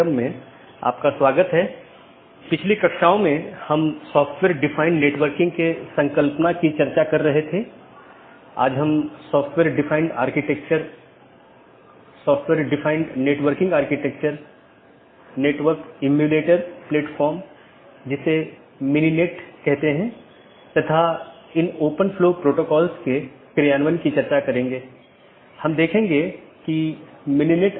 यदि आप पिछले लेक्चरों को याद करें तो हमने दो चीजों पर चर्चा की थी एक इंटीरियर राउटिंग प्रोटोकॉल जो ऑटॉनमस सिस्टमों के भीतर हैं और दूसरा बाहरी राउटिंग प्रोटोकॉल जो दो या उससे अधिक ऑटॉनमस सिस्टमो के बीच है